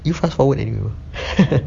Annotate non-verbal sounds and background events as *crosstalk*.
you fast forward eh you *laughs*